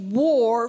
war